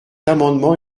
amendement